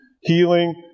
healing